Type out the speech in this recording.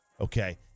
Okay